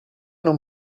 non